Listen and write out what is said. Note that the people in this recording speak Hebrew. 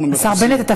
השר בנט,